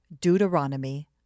Deuteronomy